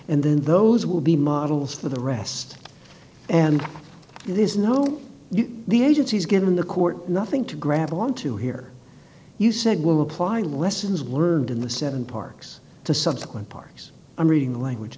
and then those will be models for the rest and there's no the agency's given the court nothing to grab on to hear you said will apply lessons word in the seven parks to subsequent parks i'm reading the language